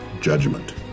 judgment